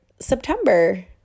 September